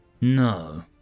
No